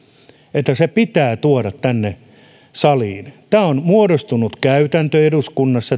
että ne pitää tuoda tänne saliin tämä on muodostunut käytäntö eduskunnassa